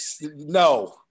No